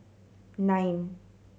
nine